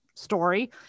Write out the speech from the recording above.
story